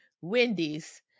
Wendy's